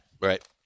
Right